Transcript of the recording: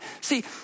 See